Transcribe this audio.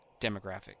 demographic